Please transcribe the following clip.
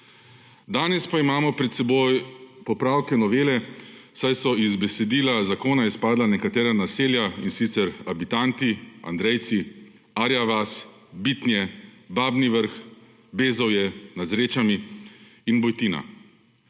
Danes pa imamo pred seboj popravke novele, saj so iz besedila zakona izpadla nekatera naselja in sicer Abitanti, Andrejci, Arja vas, Bitnje, Babni vrh, Bezovje nad Zrečami in Bojtina.